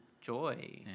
joy